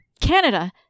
canada